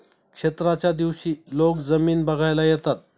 क्षेत्राच्या दिवशी लोक जमीन बघायला येतात